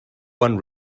one